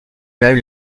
même